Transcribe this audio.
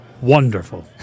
Wonderful